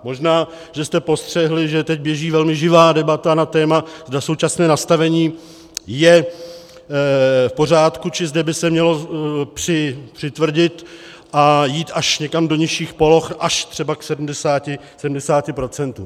Možná že jste postřehli, že teď běží velmi živá debata na téma, zda současné nastavení je v pořádku, či zda by se mělo přitvrdit a jít až někam do nižších poloh, až třeba k 70 %.